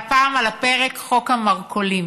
והפעם על הפרק חוק המרכולים,